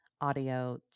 audio